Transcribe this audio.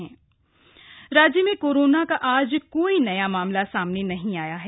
corona update राज्य में corona का आज कोई नया मामला सामने नहीं आया है